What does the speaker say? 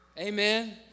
Amen